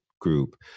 group